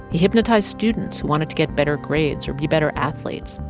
he hypnotized students who wanted to get better grades or be better athletes.